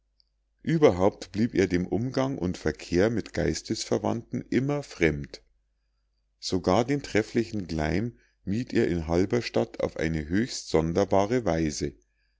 ueberhaupt blieb er dem umgang und verkehr mit geistesverwandten immer fremd sogar den trefflichen gleim mied er in halberstadt auf eine höchst sonderbare weise